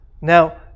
Now